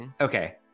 Okay